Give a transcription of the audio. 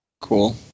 Cool